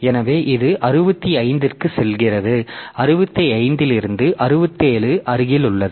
எனவே இது 65 க்குச் செல்கிறது 65 இலிருந்து 67 அருகில் உள்ளது